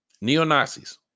Neo-Nazis